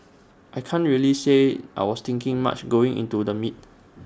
I can't really say I was thinking much going into the meet